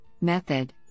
method